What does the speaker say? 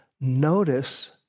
notice